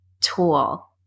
tool